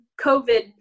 COVID